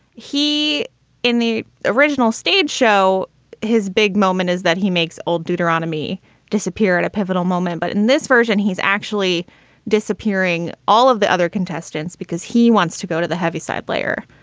he in the original stage show his big moment is that he makes old deuteronomy disappear at a pivotal moment. but in this version, he's actually disappearing all of the other contestants because he wants to go to the heavy side layer,